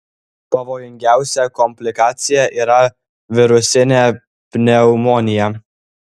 pavojingiausia komplikacija yra virusinė pneumonija